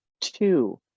two